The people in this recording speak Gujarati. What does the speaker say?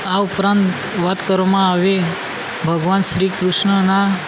આ ઉપરાંત વાત કરવામાં આવે ભગવાન શ્રી કૃષ્ણના